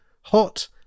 hot